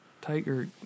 tiger